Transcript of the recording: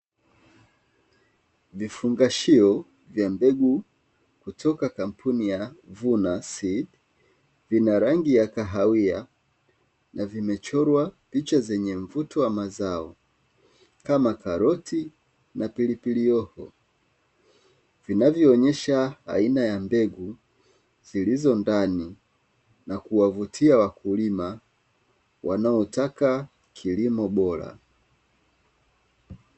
Vifungashio vya mbegu kutoka kampuni ya "vuna seed" vina rangi ya kahawia na vimechorwa picha zenye mvuto wa mazao kama karoti na pilipili hoho; vinavyoonyesha aina ya mbegu zilizo ndani na kuwavutia wakulima wanaotaka kilimo bora.